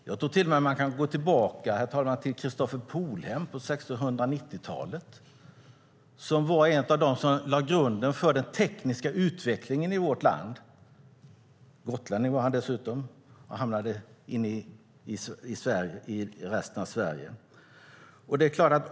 Jag tror till och med, herr talman, att man kan gå tillbaka till Christopher Polhem på 1690-talet, som var en av dem som lade grunden för den tekniska utvecklingen i vårt land. Gotlänning var han dessutom, och han hamnade i övriga Sverige.